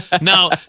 Now